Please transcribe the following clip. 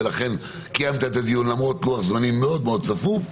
ולכן קיימת את הדיון למרות לוח-זמנים מאוד מאוד צפוף.